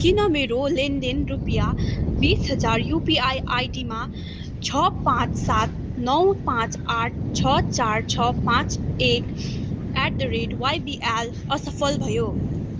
किन मेरो लेनदेन रुपियाँ बिस हजार युपिआई आइडीमा छ पाँच सात नौ पाँच आठ छ चार छ पाँच एक एट द रेट वाइबिएल असफल भयो